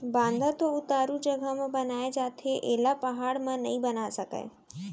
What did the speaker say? बांधा तो उतारू जघा म बनाए जाथे एला पहाड़ म नइ बना सकय